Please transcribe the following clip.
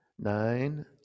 nine